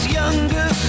younger